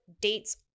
dates